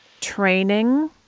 training